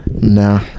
no